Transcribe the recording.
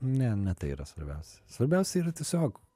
ne ne tai yra svarbiausia svarbiausia yra tiesiog